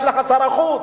יש לך שר החוץ.